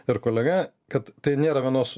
ir kolega kad tai nėra vienos